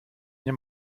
nie